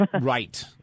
Right